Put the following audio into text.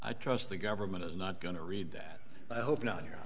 i trust the government is not going to read that i hope not